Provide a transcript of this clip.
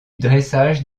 dressage